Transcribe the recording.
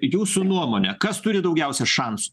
jūsų nuomone kas turi daugiausia šansų